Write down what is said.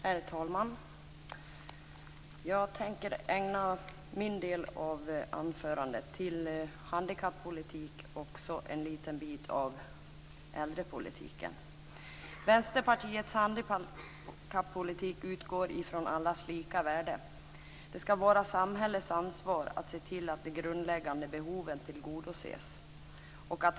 Herr talman! Jag tänker ägna en del av mitt anförande åt handikappolitiken och en liten del åt äldrepolitiken. Vänsterpartiets handikappolitik utgår från allas lika värde. Det ska vara samhällets ansvar att se till att de grundläggande behoven tillgodoses.